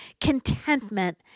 contentment